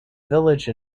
village